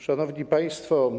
Szanowni Państwo!